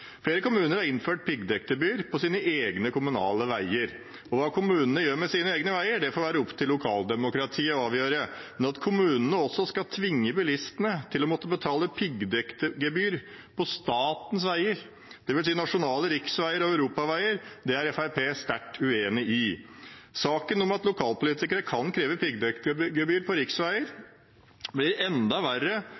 Flere kommuner har innført piggdekkgebyr på sine egne kommunale veier. Hva kommunene gjør med sine egne veier, får være opp til lokaldemokratiet å avgjøre, men at kommunene også skal tvinge bilistene til å måtte betale piggdekkgebyr på statens veier, dvs. nasjonale riksveier og europaveier, er Fremskrittspartiet sterkt uenig i. Saken om at lokalpolitikere kan kreve piggdekkgebyr på riksveier